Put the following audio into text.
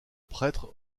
prêtre